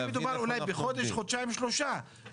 במיוחד שמדובר אולי בחודש חודשיים או שלושה,